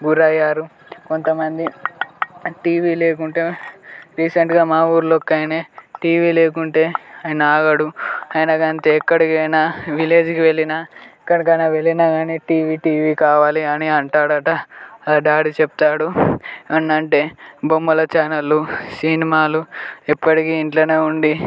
గురి అయ్యారు కొంతమంది టీవీ లేకుంటే రీసెంట్గా మా ఊళ్ళో ఒక ఆయన టీవీ లేకుంటే ఆయన ఆగడు ఆయన అంతే ఎక్కడికైనా విలేజ్కి వెళ్ళినా ఎక్కడికైనా వెళ్ళినా కానీ టీవీ టీవీ కావాలి అని అంటాడట వాళ్ళ డాడీ చెప్తాడు ఏమంటే బొమ్మలు ఛానళ్ళు సినిమాలు ఎప్పటికి ఇంట్లో ఉండి